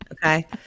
okay